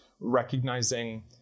recognizing